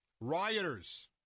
Rioters